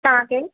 तव्हां केरु